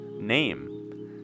name